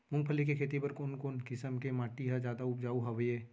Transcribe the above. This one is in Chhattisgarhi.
मूंगफली के खेती बर कोन कोन किसम के माटी ह जादा उपजाऊ हवये?